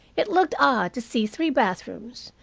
it looked odd to see three bathrooms,